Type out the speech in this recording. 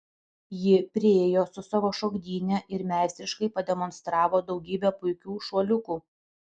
ji priėjo su savo šokdyne ir meistriškai pademonstravo daugybę puikių šuoliukų